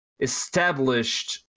established